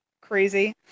crazy